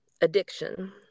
addiction